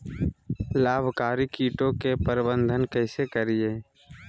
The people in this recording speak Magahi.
लाभकारी कीटों के प्रबंधन कैसे करीये?